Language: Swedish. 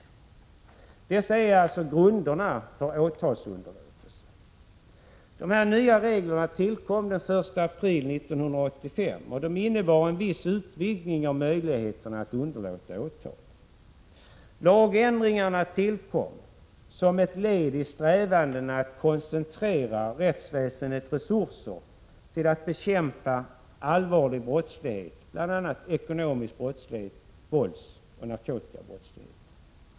Detta är alltså grunderna för åtalsunderlåtelse. Dessa nya regler tillkom 125 den 1 april 1985, och de innebar en viss utvidgning av möjligheterna att underlåta åtal. Lagändringarna tillkom som ett led i strävandena att koncentrera rättsväsendets resurser till att bekämpa allvarlig brottslighet, bl.a. ekonomisk brottslighet, våldsoch narkotikabrottslighet.